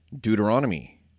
Deuteronomy